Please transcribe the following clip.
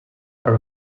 are